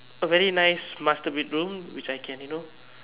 a very nice master bedroom which I can you know